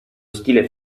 stile